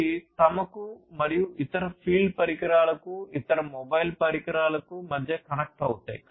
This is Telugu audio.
అవి తమకు మరియు ఇతర ఫీల్డ్ పరికరాలకు ఇతర మొబైల్ పరికరాలకు మధ్య కనెక్ట్ అవుతారు